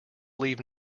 leave